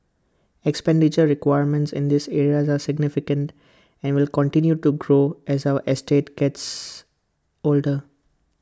expenditure requirements in these areas are significant and will continue to grow as our estates gets older